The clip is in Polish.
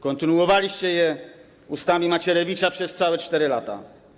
Kontynuowaliście to ustami Macierewicza przez całe 4 lata.